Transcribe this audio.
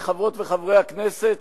חברות וחברי הכנסת,